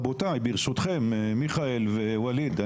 ברשותכם, מיכאל, ווליד.